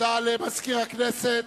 תודה למזכיר הכנסת,